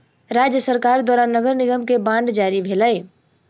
राज्य सरकार द्वारा नगर निगम के बांड जारी भेलै